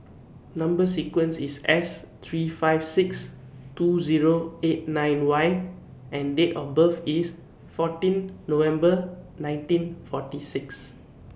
Number sequence IS S three five six two Zero eight nine Y and Date of birth IS fourteen November nineteen forty six